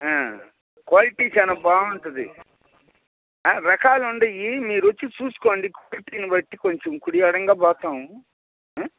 quality చాలా బాగుటుంది రకాలు ఉన్నాయి మీరు వచ్చి చూసుకోండి క్వాలిటీని బట్టి కొంచెం కుడి ఎడంగా పోతాము